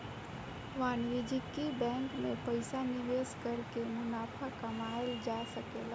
वाणिज्यिक बैंकिंग में पइसा निवेश कर के मुनाफा कमायेल जा सकेला